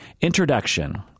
introduction